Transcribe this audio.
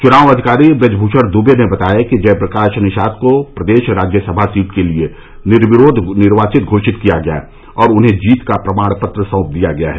चुनाव अधिकारी ब्रजभूषण दुबे ने बताया कि जय प्रकाश निषाद को प्रदेश राज्यसभा सीट के लिए निर्विरोध निर्वाचित घोषित किया गया और उन्हें जीत का प्रमाण पत्र सौंप दिया गया है